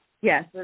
Yes